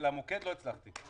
למוקד לא הצלחתי.